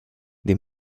des